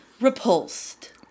Repulsed